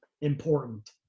important